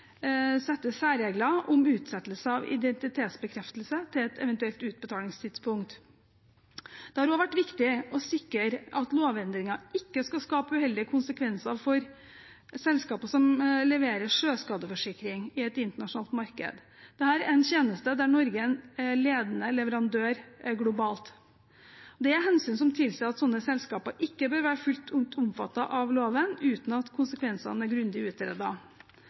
særregler om utsettelse av identitetsbekreftelse til et eventuelt utbetalingstidspunkt. Det har også vært viktig å sikre at lovendringen ikke skal skape uheldige konsekvenser for selskaper som leverer sjøskadeforsikring i et internasjonalt marked. Dette er en tjeneste der Norge er en ledende leverandør globalt. Det er hensyn som tilsier at slike selskaper ikke bør være fullt ut omfattet av loven, uten at konsekvensene er grundig